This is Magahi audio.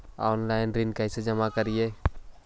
ऑनलाइन ऋण कैसे जमा करी?